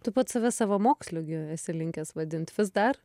tu pats save savamoksliu gi esi linkęs vadint vis dar